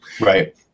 Right